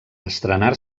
estrenar